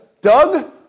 Doug